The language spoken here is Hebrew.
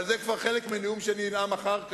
אבל זה כבר חלק מנאום שאנאם אחר כך.